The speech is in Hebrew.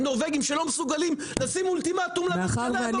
נורבגיים שלא מסוגלים לשים אולטימטום -- דרך אגב,